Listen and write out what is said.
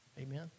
Amen